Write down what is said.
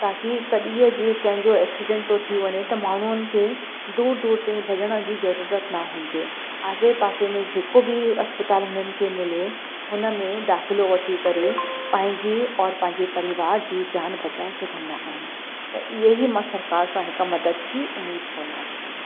ताकि कॾीअ जी कंहिंजो एक्सीडंट थो थी वञे त माण्हुनि खे दूर दूर ताईं भॼण जी ज़रूरत न हुजे आसे पासे में जे को बि इस्पतालि हुननि खे मिले हुन में दाख़िलो वठी करे पंहिंजे और पंहिंजे परिवार जी जान बचाए सघंदा आहिनि त इहे ई मां सरकारि सां हिकु मदद जी उमेद कयां थी पेई